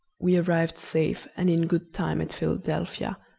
we arrived safe and in good time at philadelphia,